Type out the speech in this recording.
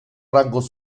rangos